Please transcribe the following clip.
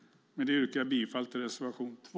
Med detta yrkar jag bifall till reservation 2.